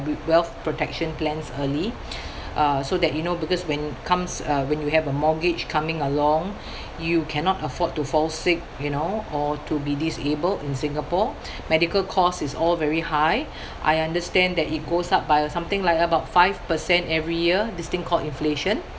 w~ wealth protection plans early uh so that you know because when comes uh when you have a mortgage coming along you cannot afford to fall sick you know or to be disabled in Singapore medical costs is all very high I understand that it goes up by uh something like about five percent every year this thing called inflation